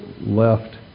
left